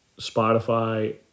Spotify